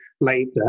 later